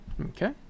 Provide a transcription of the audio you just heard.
okay